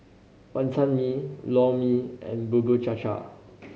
Wantan Mee Lor Mee and Bubur Cha Cha